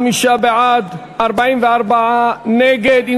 55 בעד, 44 נגד.